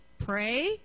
pray